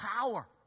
power